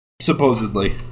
Supposedly